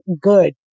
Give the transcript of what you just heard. good